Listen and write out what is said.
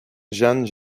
jeanne